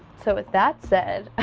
so, with that said.